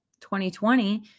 2020